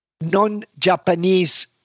non-Japanese